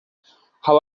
how